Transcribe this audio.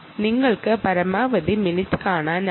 നിങ്ങൾക്ക് പരമാവധി മിനിറ്റ് കാണാനാകും